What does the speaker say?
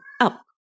up